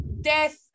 death